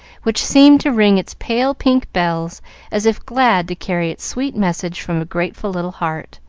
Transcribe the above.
which seemed to ring its pale pink bells as if glad to carry its sweet message from a grateful little heart.